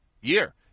year